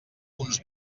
uns